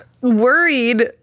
worried